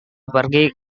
pergi